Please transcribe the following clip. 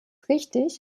richtig